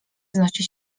wznosi